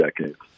decades